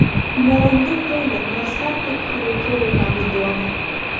nerandu peilio nors ką tik raikiau vaikams duoną